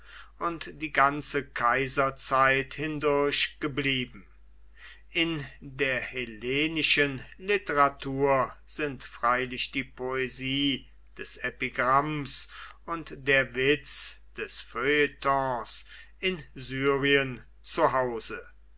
und die ganze kaiserzeit hindurch geblieben in der hellenischen literatur sind freilich die poesie des epigramms und der witz des feuilletons in syrien